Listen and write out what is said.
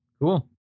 Cool